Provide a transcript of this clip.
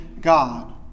God